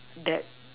that